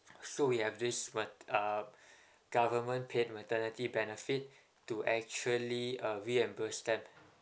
so we have this ma~ uh government paid maternity benefit to actually uh reimburse them